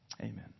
amen